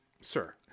sir